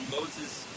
Moses